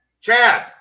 Chad